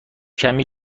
کمی